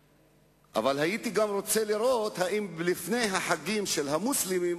אבל לא מבלי לומר לממשלה שהיא חייבת להעביר את הכספים שכבר התחייבה